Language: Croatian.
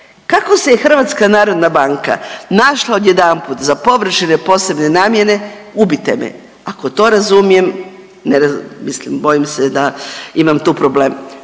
Kako se je Hrvatska narodna banka našla odjedanput za površine posebne namjene ubite me. Ako to razumijem, mislim bojim se da imam tu problem.